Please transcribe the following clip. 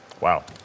Wow